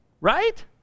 right